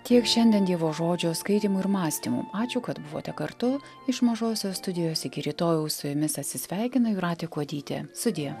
tiek šiandien dievo žodžio skaitymų ir mąstymų ačiū kad buvote kartu iš mažosios studijos iki rytojaus su jumis atsisveikina jūratė kuodytė sudie